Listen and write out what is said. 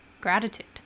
gratitude